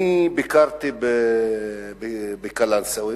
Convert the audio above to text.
ביקרתי בקלנסואה,